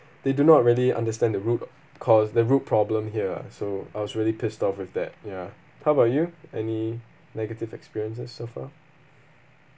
they do not really understand the root cause the root problem here so I was really pissed off with that ya how about you any negative experiences so far